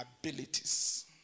abilities